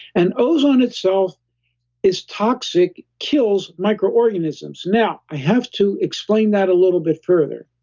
and ozone itself is toxic, kills microorganisms. now, i have to explain that a little bit further.